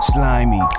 Slimy